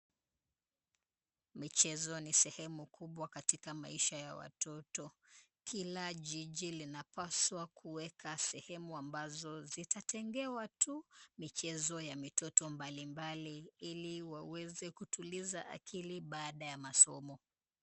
Michezo ni sehemu kubwa katika maisha ya watoto, kila jiji linapaswa kuweka sehemu ambazo zitatengewa tu michezo ya mitoto mbalimbali ili waweze kutuliza akili baada ya masomo.